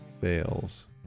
fails